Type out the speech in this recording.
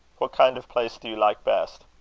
what kind of place do you like best?